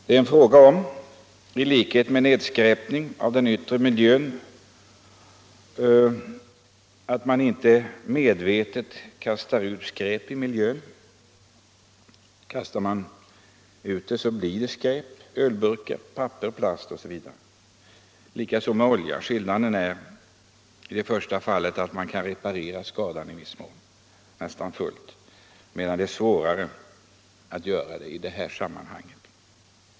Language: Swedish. Det är fråga om — i likhet med nedskräpning av den yttre miljön — att man inte medvetet kastar ut skräp: ölburkar, papper, plast osv. Det är ungefär likadant med olja — skillnaden är att man i det första fallet kan reparera skadan nästan fullt ut, medan det är svårare att göra det vid oljeutsläpp.